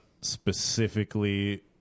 specifically